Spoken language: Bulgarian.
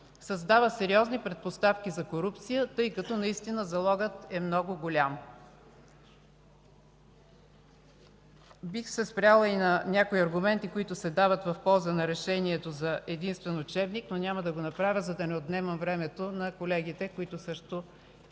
създава сериозни предпоставки за корупция, тъй като наистина залогът е много голям. Бих се спряла и на някои аргументи, които се дават в полза на решението за единствен учебник, но няма да го направя, за да не отнемам времето на колегите, които също